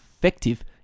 effective